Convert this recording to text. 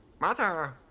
Mother